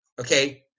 Okay